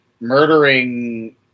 murdering